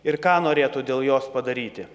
ir ką norėtų dėl jos padaryti